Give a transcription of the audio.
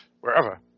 wherever